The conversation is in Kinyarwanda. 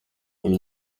ibi